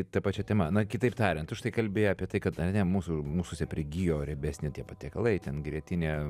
ta pačia tema na kitaip tariant tu štai kalbi apie tai kad ane mūsų mūsuose prigijo riebesni tie patiekalai ten grietinė